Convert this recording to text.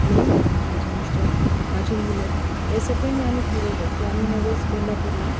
मी माझे मिस्टर माझी मुलं या सगळ्यांनी आम्ही ठरवलं की आम्ही ह्यावेळेस कोल्हापूरला